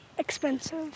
expensive